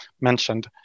mentioned